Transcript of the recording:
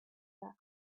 that